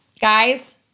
guys